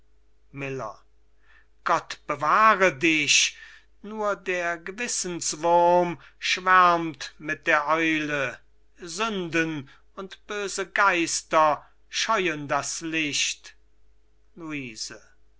miller gott bewahre dich nur der gewissenswurm schwärmt mit der eule sünden und böse geister scheuen das licht luise